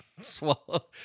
swallow